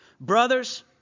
Brothers